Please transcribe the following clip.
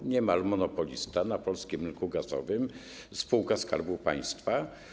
To niemal monopolista na polskim rynku gazowym, spółka Skarbu Państwa.